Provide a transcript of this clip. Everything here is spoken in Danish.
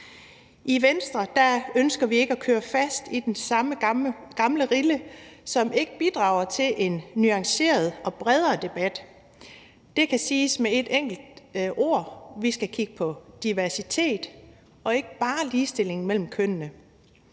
I Venstre ønsker vi ikke at køre fast i den samme gamle rille, som ikke bidrager til en nuanceret og bredere debat. Det kan siges enkelt: Vi skal kigge på diversitet og ikke bare på ligestilling mellem kønnene.